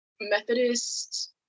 Methodist